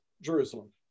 Jerusalem